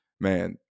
man